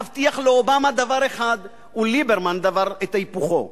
להבטיח לאובמה דבר אחד ולליברמן את היפוכו,